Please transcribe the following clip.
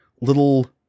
Little